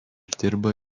dirba